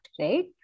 right